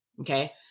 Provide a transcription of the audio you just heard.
Okay